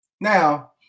Now